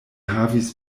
havis